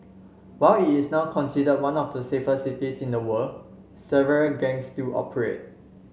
while it is now considered one of the safest cities in the world several gangs still operate